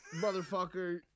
motherfucker